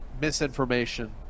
misinformation